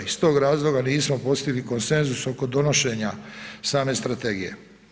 Iz tog razloga nismo postigli konsenzus oko donošenja same strategije.